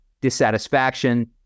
dissatisfaction